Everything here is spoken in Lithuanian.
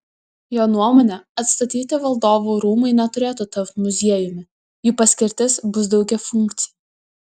jo nuomone atstatyti valdovų rūmai neturėtų tapti muziejumi jų paskirtis bus daugiafunkcė